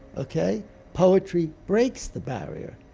okay? poetry breaks the barrier.